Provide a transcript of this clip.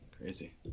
Crazy